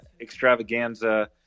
extravaganza